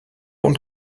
und